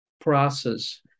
process